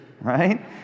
right